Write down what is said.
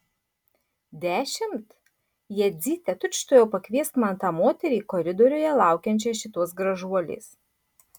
dešimt jadzyte tučtuojau pakviesk man tą moterį koridoriuje laukiančią šitos gražuolės